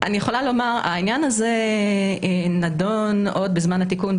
העניין הזה נדון עוד בזמן התיקון,